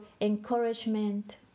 encouragement